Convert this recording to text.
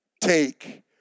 take